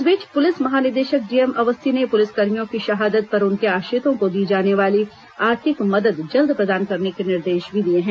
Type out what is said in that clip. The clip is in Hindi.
इस बीच पुलिस महानिदेशक डी एम अवस्थी ने पुलिस कर्मियों की शहादत पर उनके आश्रितों को दी जाने वाली आर्थिक मदद जल्द प्रदान करने के निर्देश भी दिए हैं